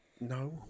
No